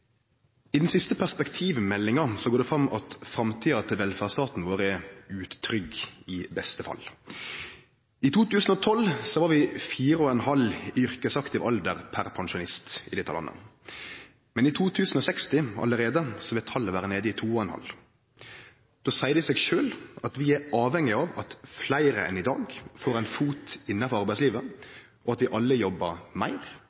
I den siste perspektivmeldinga går det fram at framtida til velferdsstaten vår er utrygg, i beste fall. I 2012 var vi 4,5 personar i yrkesaktiv alder per pensjonist i dette landet. Men allereie i 2060 vil talet vere nede i 2,5. Då seier det seg sjølv at vi er avhengig av at fleire enn i dag får ein fot innafor